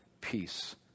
peace